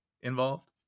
involved